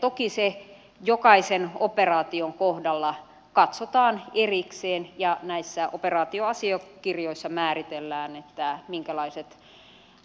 toki se jokaisen operaation kohdalla katsotaan erikseen ja näissä operaatioasiakirjoissa määritellään minkälaiset